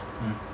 mm